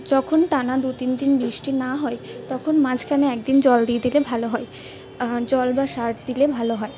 যখন টানা দু তিন দিন বৃষ্টি না হয় তখন মাঝখানে এক দিন জল দিয়ে দিলে ভালো হয় জল বা সার দিলে ভালো হয়